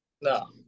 No